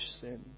sin